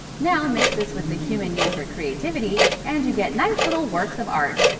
now, mix this with the human need for creativity and you get nice little works of art.